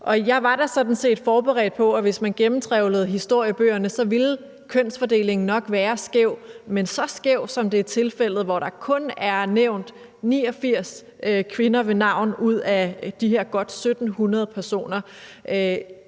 set forberedt på, at hvis man gennemtrawlede historiebøgerne, så ville kønsfordelingen nok være skæv, men at den er så skæv, som det er tilfældet, hvor der kun er nævnt 89 kvinder ved navn ud af de her godt 1.700 personer,